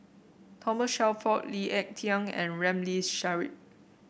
Thomas Shelford Lee Ek Tieng and Ramli Sarip